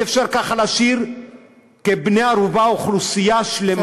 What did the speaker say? אי-אפשר ככה להשאיר כבני ערובה אוכלוסייה שלמה.